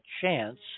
chance